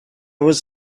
was